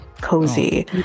cozy